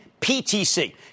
PTC